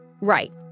right